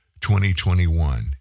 2021